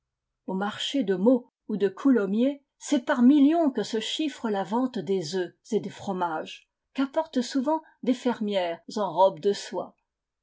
aux marchés de meaux ou de coulommiers c'est par millions que se chiffre la vente des œufs et des fromages qu'apportent souvent des fermières en robe de soie